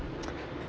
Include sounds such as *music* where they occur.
*noise*